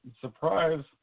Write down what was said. Surprise